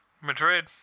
Madrid